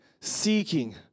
seeking